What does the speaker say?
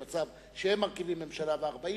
הייתם במצב שאתם מרכיבים ממשלה ב-40,